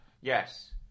Yes